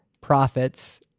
profits